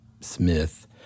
Smith